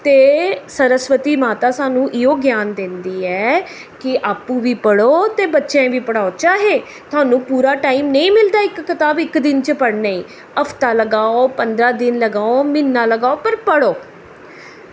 ते सरस्वती माता सानूं इ'यै ग्यान दिंदी ऐ कि आपूं बी पढ़ो ते बच्चेआं गी बी पढ़ाओ चाहे थोआनू पूरा टाइम नेईं मिलदा इक कताब इक दिम च पढ़ने गी हफ्ता लगाओ पंदरां दिन लगाओ म्हीना लगाओ पर पढ़ो